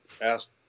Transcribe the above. asked